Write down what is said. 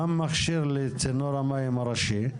גם מכשיר לצינור המים הראשי,